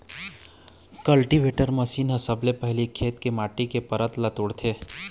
cultivator machine ह सबले पहिली खेत के माटी के परत ल तोड़थे